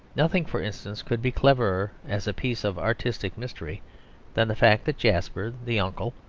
nothing, for instance, could be cleverer as a piece of artistic mystery than the fact that jasper, the uncle,